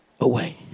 away